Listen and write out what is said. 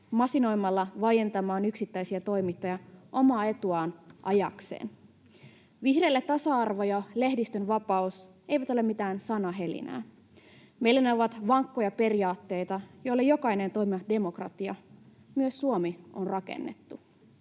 masinoimalla vaientamaan yksittäisiä toimittajia omaa etuaan ajaakseen. Vihreille tasa-arvo ja lehdistönvapaus eivät ole mitään sanahelinää. Meille ne ovat vankkoja periaatteita, joille jokainen toimiva demokratia, myös Suomi, on rakennettu.